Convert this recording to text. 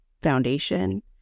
foundation